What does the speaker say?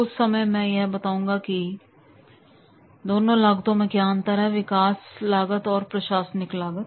उस समय मैं यह भी बताऊंगा कि दोनों लागतो में क्या अंतर है विकास लागत और प्रशासनिक लागत